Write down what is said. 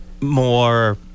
more